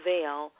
Veil